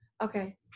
Okay